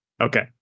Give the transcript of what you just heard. Okay